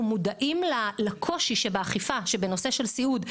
אנחנו מודעים לקושי באכיפה בענף הסיעוד,